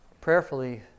prayerfully